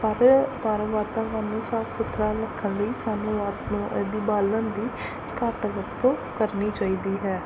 ਪਰ ਪਰ ਵਾਤਾਵਰਨ ਨੂੰ ਸਾਫ਼ ਸੁਥਰਾ ਰੱਖਣ ਲਈ ਸਾਨੂੰ ਦੀ ਬਾਲਣ ਦੀ ਘੱਟ ਵਰਤੋਂ ਕਰਨੀ ਚਾਹੀਦੀ ਹੈ